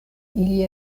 ili